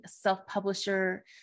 self-publisher